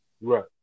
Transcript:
Right